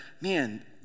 man